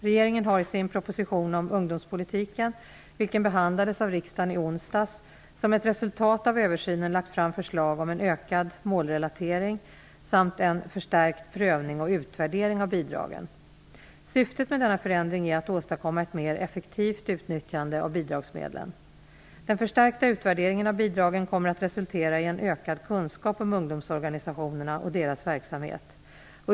Regeringen har i sin proposition om ungdomspolitiken , vilken behandlades av riksdagen i onsdags, som ett resultat av översynen lagt fram förslag om en ökad målrelatering samt en förstärkt prövning och utvärdering av bidragen. Syftet med denna förändring är att åstadkomma ett mer effektivt utnyttjande av bidragsmedlen. Den förstärkta utvärderingen av bidragen kommer att resultera i en ökad kunskap om ungdomsorganisationerna och deras verksamhet.